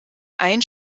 ein